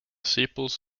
sepals